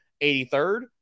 83rd